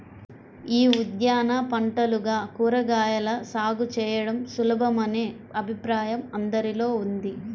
యీ ఉద్యాన పంటలుగా కూరగాయల సాగు చేయడం సులభమనే అభిప్రాయం అందరిలో ఉంది